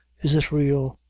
is it real?